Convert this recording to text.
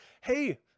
Hey